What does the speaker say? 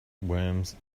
worms